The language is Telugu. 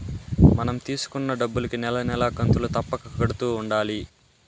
మనం తీసుకున్న డబ్బులుకి నెల నెలా కంతులు తప్పక కడుతూ ఉండాలి